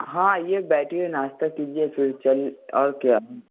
हाँ आइए बैठिए नाश्ता कीजिए फिर चल और क्या